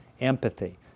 empathy